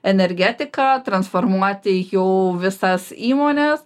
energetiką transformuoti jau visas įmones